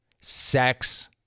sex